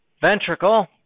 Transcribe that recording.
ventricle